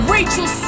Rachel